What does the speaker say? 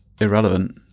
irrelevant